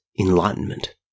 enlightenment